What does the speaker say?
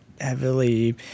heavily